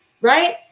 right